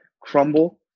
crumble